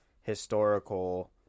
historical